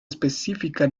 específica